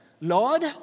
Lord